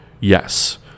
Yes